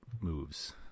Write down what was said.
moves